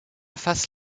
face